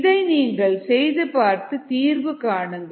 இதை நீங்கள் செய்து பார்த்து தீர்வு காணுங்கள்